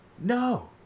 no